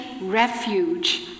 refuge